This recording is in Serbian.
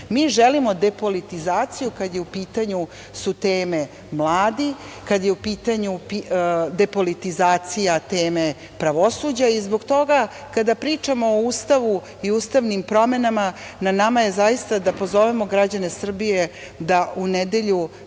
Mi želimo depolitizaciju kada je u pitanju, su teme mladih, kada je u pitanju depolitizacija teme pravosuđa. Zbog toga, kada pričamo o Ustavu i ustavnim promenama, na nama je zaista da pozovemo građane Srbije da se u nedelju